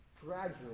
gradually